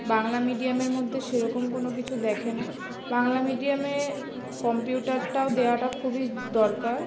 বাংলা মিডিয়ামের মধ্যে সেরকম কোনো কিছু দেখে না বাংলা মিডিয়ামে কম্পিউটারটাও দেওয়াটা খুবই দরকার